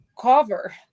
cover